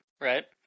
right